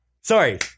sorry